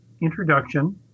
introduction